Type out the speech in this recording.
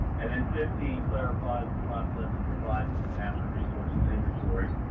and fifteen clarifies the process of revising the natural resources inventory.